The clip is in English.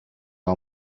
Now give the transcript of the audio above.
all